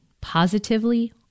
positively